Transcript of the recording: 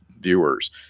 viewers